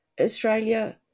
Australia